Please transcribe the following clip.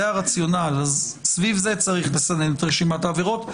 זה הרציונל וסביב זה צריך לסנן את רשימת העבירות.